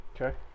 okay